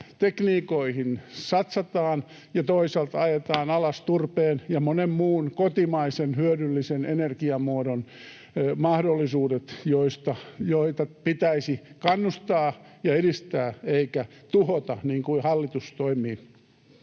tekniikoihin satsataan, ja toisaalta ajetaan alas turpeen ja monen muun kotimaisen hyödyllisen energiamuodon mahdollisuudet, joita pitäisi kannustaa ja edistää eikä tuhota, niin kuin hallitus toimii.